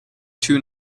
too